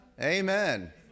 amen